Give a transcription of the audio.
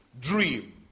dream